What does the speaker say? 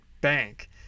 bank